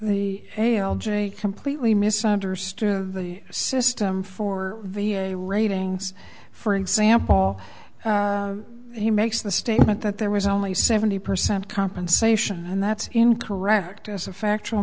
the a l j completely misunderstood the system for v a ratings for example he makes the statement that there was only seventy percent compensation and that's incorrect as a factual